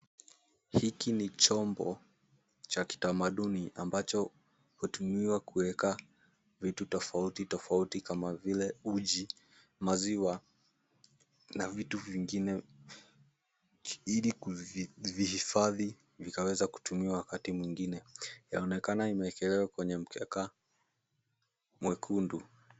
Hiki ni chombo cha kitamaduni, ambacho hutumiwa kuweka vitu tofauti tofauti kama vile uji, maziwa na vitu vingine, ili kuvihifadhi vikaweza kutumiwa wakati mwingine. Yaonekana imewekelewa kwenye mkeka mwekundu.